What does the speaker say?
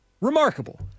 Remarkable